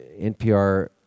NPR